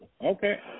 Okay